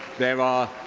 there are